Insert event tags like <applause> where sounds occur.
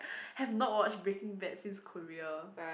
<breath> have not watched Breaking Bad since Korea